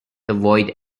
avoid